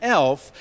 elf